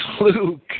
Luke